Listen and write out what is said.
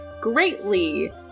greatly